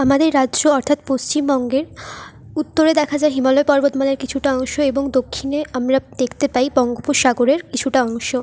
আমাদের রাজ্য অর্থাৎ পশ্চিমবঙ্গের উত্তরে দেখা যায় হিমালয় পর্বতমালার কিছুটা অংশ এবং দক্ষিণে আমরা দেখতে পাই বঙ্গোপসাগরের কিছুটা অংশ